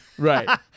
Right